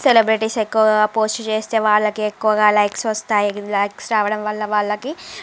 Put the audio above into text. celebrities ఎక్కువగా post చేస్తే వాళ్ళకి ఎక్కువగా లైక్స్ వస్తాయి లైక్స్ రావడం వల్ల వాళ్ళకి